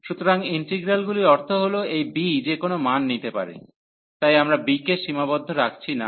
সুতরাং ইন্টিগ্রালগুলির অর্থ হল এই b যেকোনও মান নিতে পারে তাই আমরা b কে সীমাবদ্ধ রাখছি না